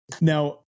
Now